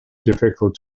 difficult